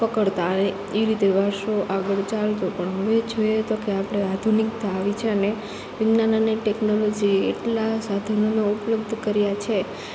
પકડતા હવે એ રીતે વારસો આગળ ચાલતો પણ હવે જોઈએ તો કે આપણે આધુનિકતા આવી છે અને વિજ્ઞાન અને ટેકનોલોજી એટલા સાધનોને ઉપલબ્ધ કર્યાં છે